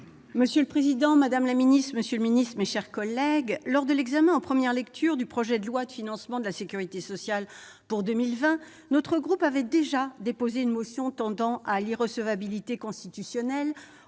Monsieur le président, madame la ministre, monsieur le secrétaire d'État, mes chers collègues, lors de l'examen en première lecture du projet de loi de financement de la sécurité sociale pour 2020, notre groupe avait déjà déposé une motion tendant à l'irrecevabilité constitutionnelle,